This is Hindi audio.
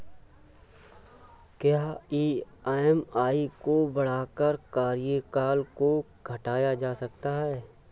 क्या ई.एम.आई को बढ़ाकर कार्यकाल को घटाया जा सकता है?